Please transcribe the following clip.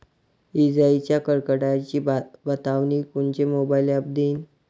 इजाइच्या कडकडाटाची बतावनी कोनचे मोबाईल ॲप देईन?